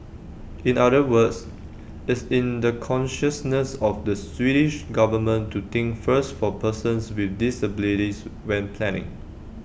in other words it's in the consciousness of the Swedish government to think first for persons with disabilities when planning